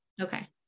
okay